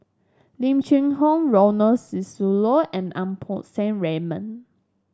Lim Cheng Hoe Ronald Susilo and Lau Poo Seng Raymond